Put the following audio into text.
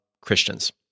Christians